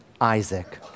Isaac